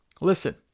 Listen